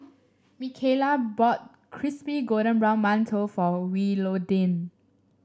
Mikayla bought Crispy Golden Brown Mantou for Willodean